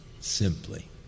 simply